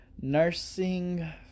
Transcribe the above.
nursing